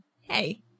Hey